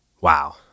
wow